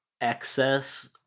excess